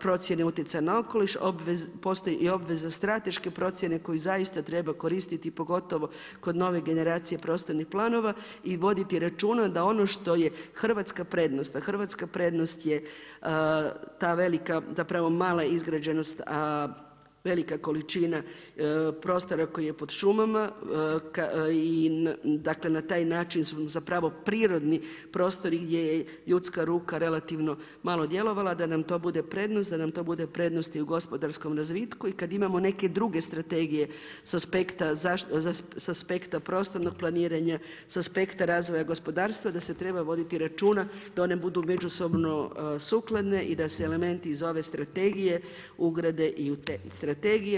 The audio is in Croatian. procjene utjecaj na okoliš, postoji i obveza i strateške procjene koju zaista treba koristiti, pogotovo kod nove generacije prostornih planova i voditi računa da ono što je Hrvatska prednost, a Hrvatska prednost je ta velika, zapravo mala izgrađenost, a velika količina prostora koja je pod šumama i dakle, na taj način su zapravo prirodni prostori gdje je ljudska ruka relativno malo djelovala da nam to bude prednost, da nam to bude prednost i u gospodarskom razvitku i kad imamo neke druge strategije s aspekta prostornog planiranja, s aspekta razvoja gospodarstva, da se treba voditi računa da one budu međusobno sukladne i da se elementi iz ove strategije ugrade i u te strategije.